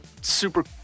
super